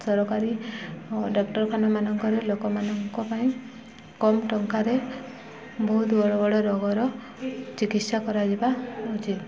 ସରକାରୀ ଡାକ୍ତରଖାନା ମାନଙ୍କରେ ଲୋକମାନଙ୍କ ପାଇଁ କମ୍ ଟଙ୍କାରେ ବହୁତ ବଡ଼ ବଡ଼ ରୋଗର ଚିକିତ୍ସା କରାଯିବା ଉଚିତ